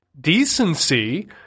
decency